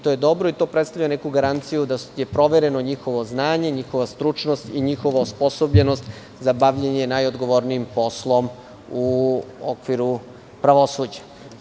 To je dobro, i to predstavlja neku garanciju da je provereno njihovo znanje, njihova stručnost, njihova osposobljenost za bavljenje najodgovornijim poslom u okviru pravosuđa.